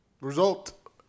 result